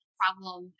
problem